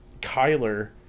Kyler